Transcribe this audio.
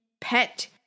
pet